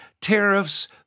tariffs